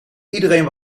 iedereen